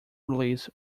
release